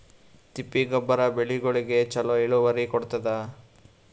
ತಿಪ್ಪಿ ಗೊಬ್ಬರ ಬೆಳಿಗೋಳಿಗಿ ಚಲೋ ಇಳುವರಿ ಕೊಡತಾದ?